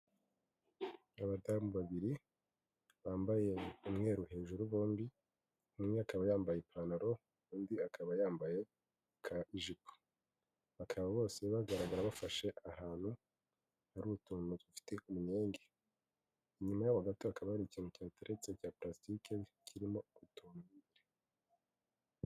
Abadamu babiri bambaye umweru hejuru bombi, umwe akaba yambaye ipantaro undi akaba yambaye ijipo, bakaba bose bagaragara bafashe ahantu hari utuntu dufite umwenge, inyuma yaho gato hakaba hari ikintu cyihateretse cya purasitike kirimo utuntu.